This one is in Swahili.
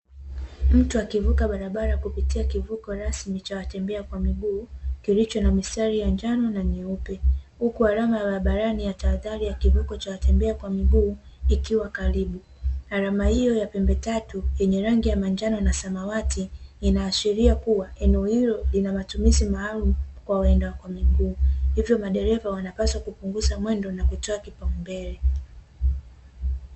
Mtu akivuka barabara kupitia kivuko rasmi cha watembea kwa miguu, kilicho na mistari ya njano na mieupe, huku alama ya barabarani ya tahadhari ya watembea kwa miguu ikiwa karibu. Alama hiyo ya pembetatu yenye rangi ya njano na samawati, inaashiria kuwa eneo hilo lina matumizi maalumu kwa waenda kwa miguu, hivyo madereva wanapaswa kupunguza mwendo na kutoa kipaumbele.